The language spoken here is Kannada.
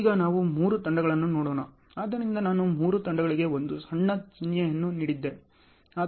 ಈಗ ನಾವು ಮೂರು ತಂಡಗಳನ್ನು ನೋಡೋಣ ಆದ್ದರಿಂದ ನಾನು ಮೂರು ತಂಡಗಳಿಗೆ ಒಂದು ಸಣ್ಣ ಚಿಹ್ನೆಯನ್ನು ನೀಡಿದ್ದೆ